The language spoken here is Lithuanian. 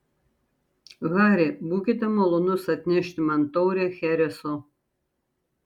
hari būkite malonus atnešti man taurę chereso